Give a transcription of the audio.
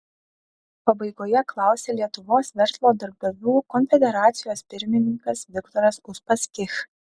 pabaigoje klausė lietuvos verslo darbdavių konfederacijos pirmininkas viktoras uspaskich